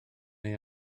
neu